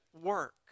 work